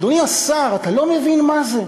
אדוני השר, אתה לא מבין מה זה.